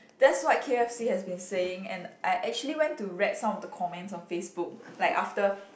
that's what K_f_C has been saying and I actually went to read some of the comments on Facebook like after